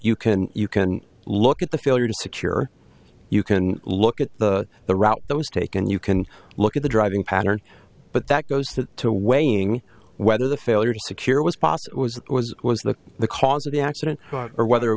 you can you can look at the failure to secure you can look at the the route that was taken you can look at the driving pattern but that goes that to weighing whether the failure to secure was possible was was was that the cause of the accident or whether it